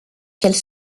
qu’elle